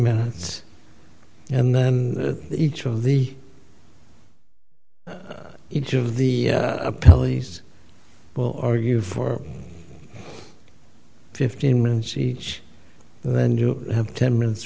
minutes and then each of the each of the a police will argue for fifteen minutes each then you have ten minutes